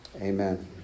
Amen